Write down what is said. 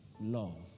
love